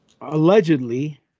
Allegedly